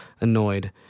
annoyed